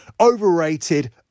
overrated